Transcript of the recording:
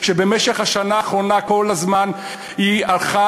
שבמשך השנה האחרונה כל הזמן הלכה